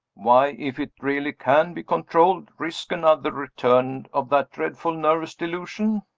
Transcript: why if it really can be controlled risk another return of that dreadful nervous delusion?